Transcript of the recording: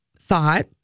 thought